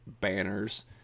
banners